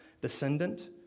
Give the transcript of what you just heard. descendant